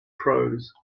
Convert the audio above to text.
prose